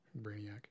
Brainiac